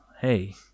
Hey